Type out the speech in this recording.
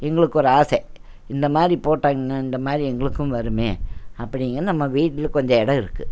எங்களுக்கு ஒரு ஆசை இந்தமாதிரி போட்டாங்கனா இந்தமாதிரி எங்களுக்கும் வருமே அப்படிங்கின்னு நம்ம வீட்டில் கொஞ்சம் எடம் இருக்கு